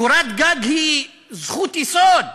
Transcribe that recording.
קורת גג היא זכות יסוד.